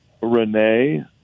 Renee